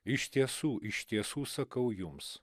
iš tiesų iš tiesų sakau jums